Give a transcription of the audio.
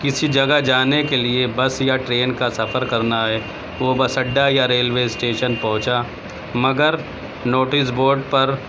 کسی جگہ جانے کے لیے بس یا ٹرین کا سفر کرنا ہے تو وہ بس اڈہ یا ریلوے اسٹیشن پہنچا مگر نوٹس بورڈ پر